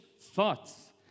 thoughts